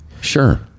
Sure